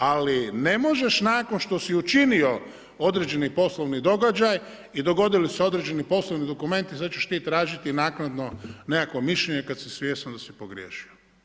Ali ne možeš nakon što si učinio određeni poslovni događaj i dogodili su se određeni poslovni dokumenti, sad ćeš ti tražiti naknadno nekakvo mišljenje kad si svjestan da si pogriješio.